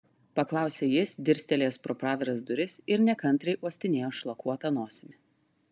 paklausė jis dirstelėjęs pro praviras duris ir nekantriai uostinėjo šlakuota nosimi